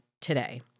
today